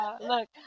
Look